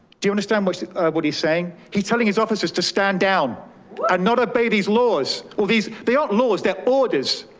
do you understand what what he's saying? he telling his officers to stand down and not abet these laws, or these they aren't laws they're orders.